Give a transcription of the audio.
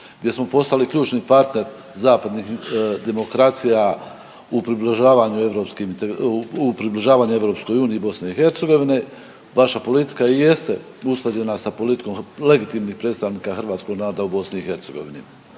gdje smo postali ključnih partner zapadnih demokracija u približavanju EU BiH. vaša politika i jeste usklađena sa politikom legitimnih predstavnika hrvatskog naroda u BiH